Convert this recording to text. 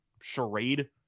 charade